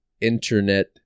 internet